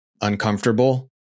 uncomfortable